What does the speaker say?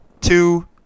two